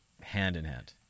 hand-in-hand